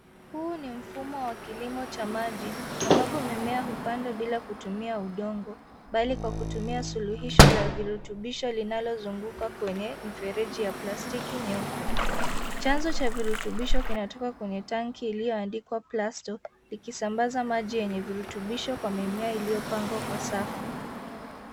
Huu ni mfumo wa kilimo cha maji ambapo mimea hupandwa bila kutumia udongo bali kwa kutumia suluhisho la virutobisho linalozunguka kwenye mifereji ya plastiki nyeupe. Chanzo cha virutobisho kinatoka kwenye tanki iliyoandikwa Plasto likisambaza maji yenye virutubisho kwenye mimea iliyopangwa kwa safu.